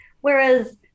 whereas